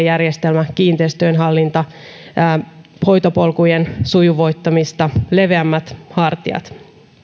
järjestelmä kiinteistöjen hallinta hoitopolkujen sujuvoittaminen leveämmät hartiat